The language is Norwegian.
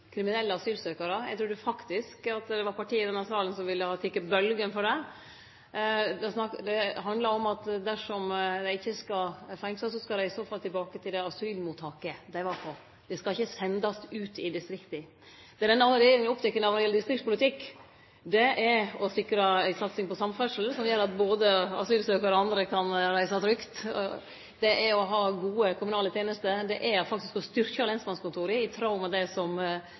kriminelle asylsøkjarar. Eg trur faktisk det var parti i denne salen som ville ha teke bølgja for det. Det handlar om at dersom dei ikkje skal fengslast, skal dei i så fall tilbake til det asylmottaket dei var på. Dei skal ikkje sendast ut i distrikta. Det denne regjeringa er oppteken av når det gjeld distriktspolitikk, er å sikre ei satsing på samferdsel som gjer at både asylsøkjarar og andre kan reise trygt, det er å ha gode kommunale tenester, det er faktisk å styrkje lensmannkontora i tråd med det som